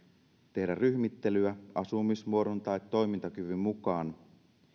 tehdä ryhmittelyä asumismuodon tai toimintakyvyn mukaan